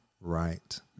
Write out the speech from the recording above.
Right